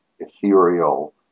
ethereal